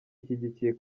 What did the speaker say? ishyigikiye